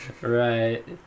Right